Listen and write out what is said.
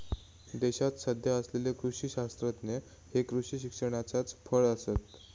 देशात सध्या असलेले कृषी शास्त्रज्ञ हे कृषी शिक्षणाचाच फळ आसत